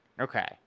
Okay